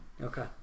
Okay